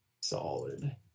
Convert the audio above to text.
Solid